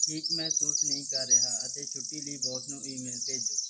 ਠੀਕ ਮਹਿਸੂਸ ਨਹੀਂ ਕਰ ਰਿਹਾ ਅਤੇ ਛੁੱਟੀ ਲਈ ਬੌਸ ਨੂੰ ਈਮੇਲ ਭੇਜੋ